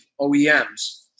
OEMs